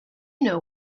know